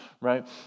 right